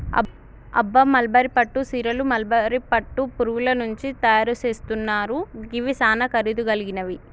అబ్బ మల్బరీ పట్టు సీరలు మల్బరీ పట్టు పురుగుల నుంచి తయరు సేస్తున్నారు గివి సానా ఖరీదు గలిగినవి